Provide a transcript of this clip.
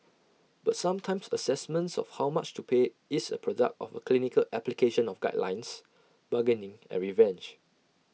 but sometimes assessments of how much to pay is A product of A clinical application of guidelines bargaining and revenge